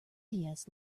lewis